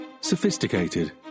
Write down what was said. Sophisticated